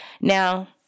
Now